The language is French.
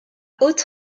haute